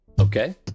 Okay